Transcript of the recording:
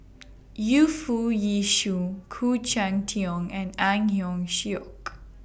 Yu Foo Yee Shoon Khoo Cheng Tiong and Ang Hiong Chiok